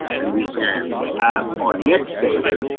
and we can have our next seder,